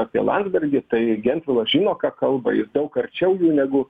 apie landsbergį tai gentvilas žino ką kalba jis daug arčiau negu